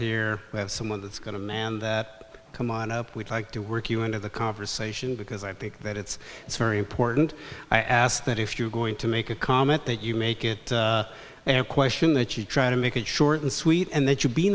here we have someone that's going to man come on up we'd like to work you into the conversation because i think that it's it's very important i ask that if you're going to make a comment that you make it and question that you try to make it short and sweet and that you